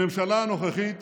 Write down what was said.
עבר תקציב, הממשלה הנוכחית